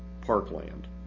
Parkland